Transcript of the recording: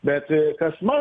bet kas man